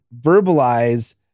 verbalize